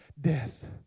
death